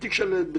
בתיק של הוכחות,